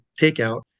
takeout